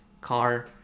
car